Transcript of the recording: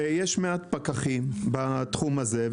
יש מעט פקחים בתחום הזה,